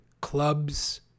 clubs